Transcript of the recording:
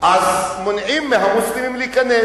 אז מונעים מהמוסלמים להיכנס.